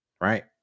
right